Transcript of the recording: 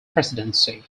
presidency